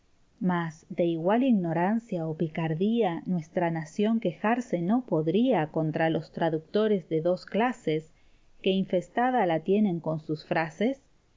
mas de igual ignorancia o picardía nuestra nación quejarse no podría contra los traductores de dos clases que infestada la tienen con sus frases